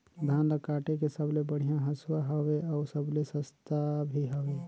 धान ल काटे के सबले बढ़िया हंसुवा हवये? अउ सबले सस्ता भी हवे?